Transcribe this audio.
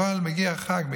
אבל מגיע החג,